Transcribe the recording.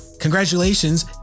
congratulations